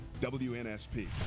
WNSP